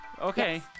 Okay